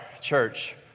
church